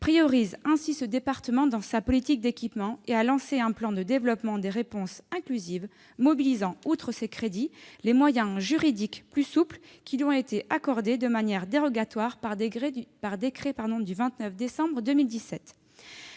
prioritaire dans sa politique d'équipement. Elle a lancé un plan de développement de réponses inclusives, mobilisant, outre ses crédits, les moyens juridiques plus souples qui lui ont été accordés de manière dérogatoire par un décret du 29 décembre 2017.